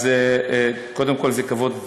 אז קודם כול זה כבוד עבורי,